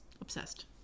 Obsessed